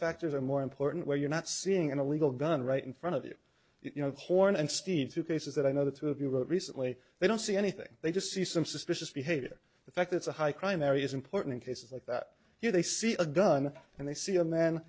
factors are more important where you're not seeing an illegal gun right in front of you you know horn and steve two cases that i know the two of you wrote recently they don't see anything they just see some suspicious behavior the fact it's a high crime areas important cases like that here they see a gun and they see a man